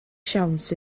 siawns